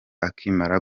akimara